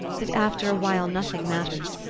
that after a while nothing matters.